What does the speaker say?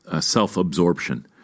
self-absorption